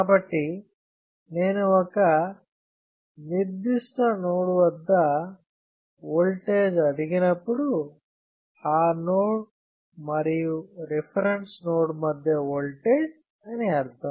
కాబట్టి నేను ఒక నిర్దిష్ట నోడ్ వద్ద ఓల్టేజ్ అడిగినప్పుడు ఆ నోడ్ మరియు రిఫరెన్స్ నోడ్ మధ్య ఓల్టేజ్ అని అర్థం